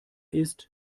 ist